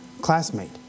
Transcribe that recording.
classmate